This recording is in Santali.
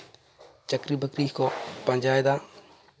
ᱪᱟᱹᱠᱨᱤ ᱵᱟᱹᱠᱨᱤ ᱠᱚ ᱯᱟᱸᱡᱟᱭᱫᱟ